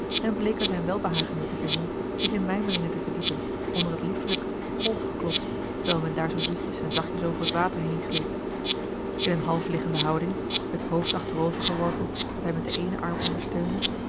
en bleek er zijn welbehagen in te vinden zich in mijmeringen te verdiepen onder het liefelijk golfgeklots terwijl men daar zoo zoetjes en zachtjes over het water heengleed in eene half liggende houding het hoofd achterover geworpen dat hij met den eenen arm ondersteunde